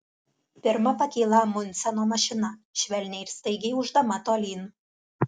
pirma pakyla amundseno mašina švelniai ir staigiai ūždama tolyn